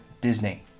Disney